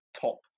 top